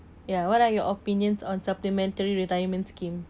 ya what are your opinions on supplementary retirement scheme